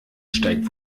steigt